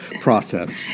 process